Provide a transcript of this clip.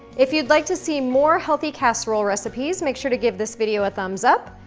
if you'd like to see more healthy casserole recipes, make sure to give this video a thumbs up.